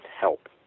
help